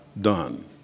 done